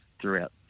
throughout